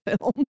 film